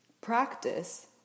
practice